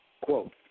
Quote